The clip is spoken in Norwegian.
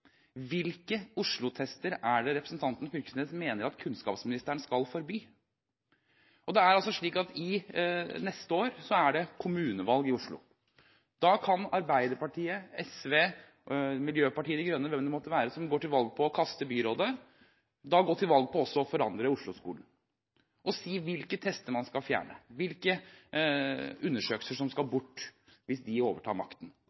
Hvilke Oslo-tester er det representanten Knag Fylkesnes mener at kunnskapsministeren skal forby? Til neste år er det kommunevalg i Oslo. Da kan Arbeiderpartiet, SV, Miljøpartiet De Grønne eller hvem det måtte være, gå til valg på å kaste byrådet og da gå til valg på også å forandre Osloskolen og si hvilke tester man skal fjerne, hvilke undersøkelser som skal bort hvis de overtar makten.